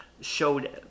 Showed